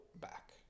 back